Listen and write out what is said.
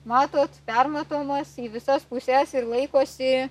matot permatomas į visas puses ir laikosi